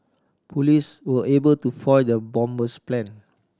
police were able to foil the bomber's plan